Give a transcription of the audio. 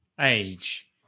age